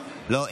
לא.